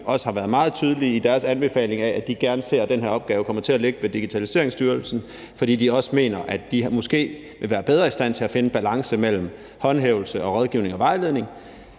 også har været meget tydelige i deres anbefaling af, at de gerne ser, at den her opgave kommer til at ligge ved Digitaliseringsstyrelsen, fordi de også mener, at de måske vil være bedre i stand til at finde en balance mellem håndhævelse og rådgivning og vejledning.